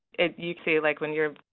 if you feel like when your